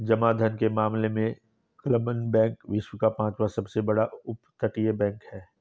जमा धन के मामले में क्लमन बैंक विश्व का पांचवा सबसे बड़ा अपतटीय बैंक है